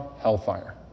hellfire